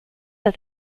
that